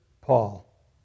Paul